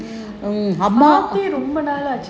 பாத்தே ரொம்ப நாள் ஆச்சு:pathae romba naal achu